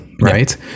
right